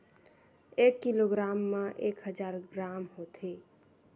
एक किलोग्राम मा एक हजार ग्राम होथे